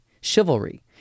chivalry